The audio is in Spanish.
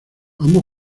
ambos